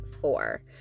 four